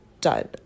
done